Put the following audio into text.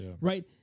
Right